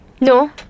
No